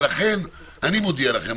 ולכן אני מודיע לכם,